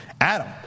Adam